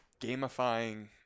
gamifying